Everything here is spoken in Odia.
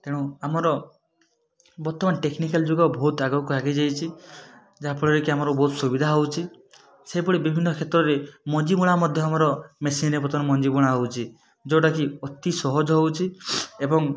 ତେଣୁ ଆମର ବର୍ତ୍ତମାନ ଟେକ୍ନିକାଲ୍ ଯୁଗ ଭଉତ ଆଗକୁ ଆଗେଇ ଯାଇଛି ଯାହାଫଳରେ କି ଆମର ବହୁତ ସୁବିଧା ହଉଛି ସେଭଳି ବିଭିନ୍ନ କ୍ଷେତ୍ରରେ ମଞ୍ଜିବୁଣା ମଧ୍ୟ ଆମର ମେସିନ୍ ରେ ବର୍ତ୍ତମାନ ମଞ୍ଜିବୁଣା ହଉଛି ଯେଉଁଟା କି ଅତି ସହଜ ହଉଛି ଏବଂ